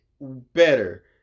better